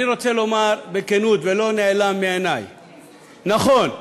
אני רוצה לומר בכנות, ולא נעלם מעיני, נכון,